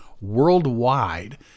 worldwide